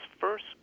first